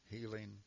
healing